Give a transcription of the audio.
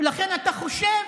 לכן אתה חושב